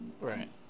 Right